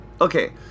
Okay